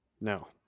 No